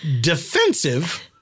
Defensive